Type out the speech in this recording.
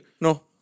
No